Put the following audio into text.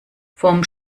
von